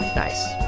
nice